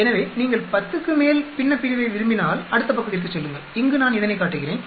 எனவே நீங்கள் 10 க்கு மேல் பின்னப்பிரிவை விரும்பினால் அடுத்த பக்கத்திற்குச் செல்லுங்கள் இங்கு நான் இதனைக் காட்டுகிறேன்